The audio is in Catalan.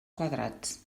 quadrats